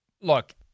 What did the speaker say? look